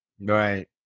Right